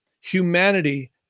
humanity